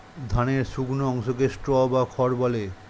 ধানের শুকনো অংশকে স্ট্র বা খড় বলে